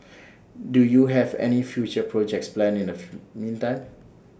do you have any future projects planned in the meantime